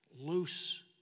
loose